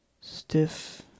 Stiff